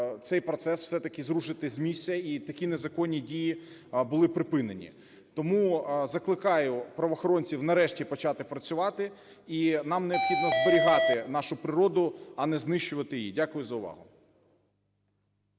цей процес все-таки зрушити з місця і такі незаконні дії були припинені. Тому закликаю правоохоронців, нарешті, почати працювати. І нам необхідно зберігати нашу природу, а не знищувати її. Дякую за увагу.